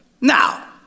Now